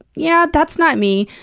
yeah, that's not me.